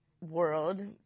world